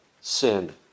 sin